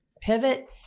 pivot